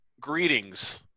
greetings